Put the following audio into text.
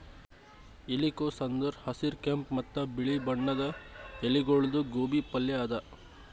ಎಲಿಕೋಸ್ ಅಂದುರ್ ಹಸಿರ್, ಕೆಂಪ ಮತ್ತ ಬಿಳಿ ಬಣ್ಣದ ಎಲಿಗೊಳ್ದು ಗೋಬಿ ಪಲ್ಯ ಅದಾ